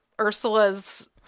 ursula's